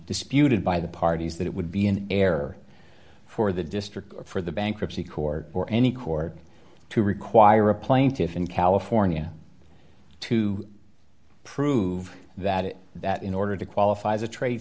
disputed by the parties that it would be an error for the district or for the bankruptcy court or any court to require a plaintiff in california to prove that it that in order to qualify as a trade